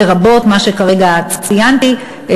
לרבות מה שכרגע ציינתי,